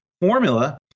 formula